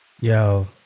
Yo